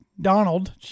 Donald